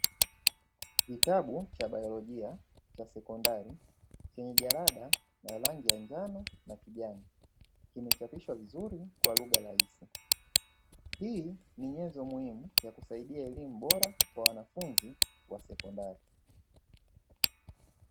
Kitabu cha baiyolojia cha sekondari chenya jalada ya rangi ya njano na kijani. Kimechapishwa vizuri kwa lugha rahisi, hii ni nyenzo muhimu ya kusaidia elimu bora kwa wanafunzi wa sekondari.